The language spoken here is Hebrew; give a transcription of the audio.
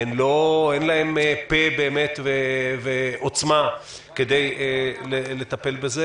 שאין להם פֶּה ועוצמה כדי לטפל בעניין הזה,